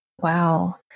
Wow